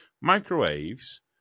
microwaves